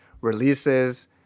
releases